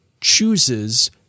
chooses